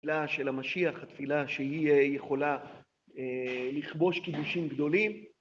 תפילה של המשיח, התפילה שהיא יכולה לכבוש כיבושים גדולים.